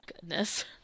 Goodness